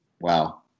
Wow